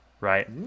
right